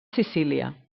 sicília